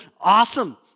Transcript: awesome